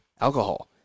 Alcohol